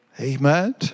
Amen